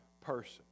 person